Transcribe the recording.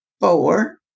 four